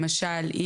למשל,